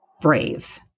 brave